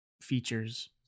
features